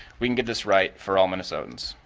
we can get this right for all minnesotans.